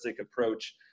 approach